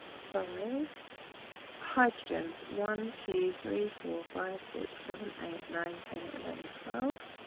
five. hydrogens, one, two, three, four, five, six, seven, eight, nine, ten, eleven, twelve.